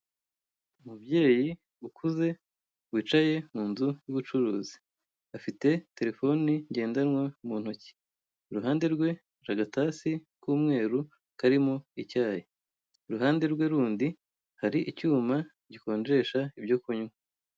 Umubyeyi ukuze wicaye kunzu y'ubucuruzi, afite terefoni ngendanwa mu intoki, iruhande rwe hari agatasi kumweru karimo icyayi, iruhande rwe rundi hari icyuma gikonjesha ibyo kunywa.